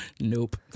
Nope